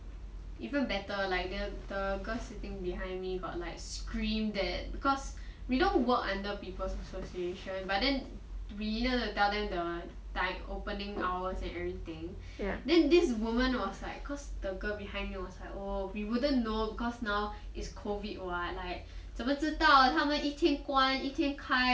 even better like the the girl sitting behind me got like screamed at because we don't work under people association but then we need to tell them the time opening hours and everything then this woman was like cause the girl behind me was like oh we wouldn't know because now is COVID [what] like 怎么知道他们一天关一天开